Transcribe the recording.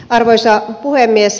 arvoisa puhemies